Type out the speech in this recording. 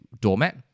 doormat